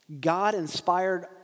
God-inspired